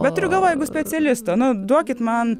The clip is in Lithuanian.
bet turiu galvoj jeigu specialistą na duokit man